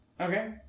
Okay